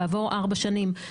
כעבור ארבע שנים,